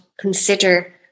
consider